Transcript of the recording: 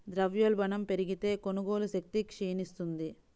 ద్రవ్యోల్బణం పెరిగితే, కొనుగోలు శక్తి క్షీణిస్తుంది